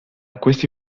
questi